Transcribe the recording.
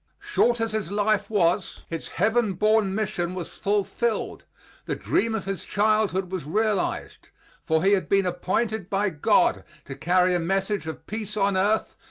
short as his life was its heaven-born mission was fulfilled the dream of his childhood was realized for he had been appointed by god to carry a message of peace on earth,